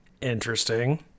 interesting